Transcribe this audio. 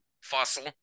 fossil